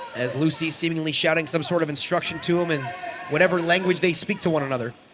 as lucy seemingly shouting some sort of instruction to him in whatever language they speak to one another